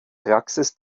praxis